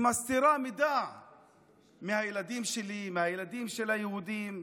שמסתירה מידע מהילדים שלי, מהילדים של היהודים,